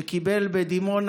שקיבל בדימונה